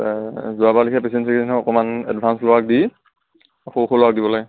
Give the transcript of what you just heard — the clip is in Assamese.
যোৱা বাৰৰ লেখিয়া অকণমান এডভান্স দি সৰু ল'ৰাক দিব লাগে